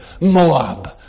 Moab